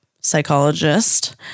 psychologist